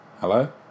hello